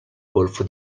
golfo